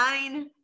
nine